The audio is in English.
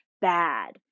bad